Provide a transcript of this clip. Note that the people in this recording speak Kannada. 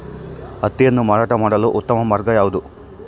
ಹತ್ತಿಯನ್ನು ಮಾರಾಟ ಮಾಡಲು ಉತ್ತಮ ಮಾರ್ಗ ಯಾವುದು?